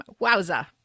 wowza